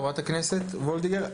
חברת הכנסת וולדיגר,